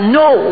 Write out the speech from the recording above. no